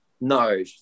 No